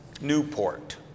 Newport